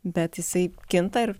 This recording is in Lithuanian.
bet jisai kinta ir